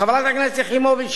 חברת הכנסת יחימוביץ,